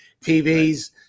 tvs